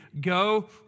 go